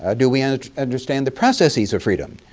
ah do we and understand the processes of freedom?